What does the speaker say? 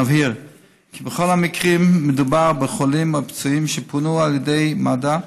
נבהיר כי בכל המקרים מדובר בחולים או פצועים שפונו על ידי מד"א,